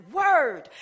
word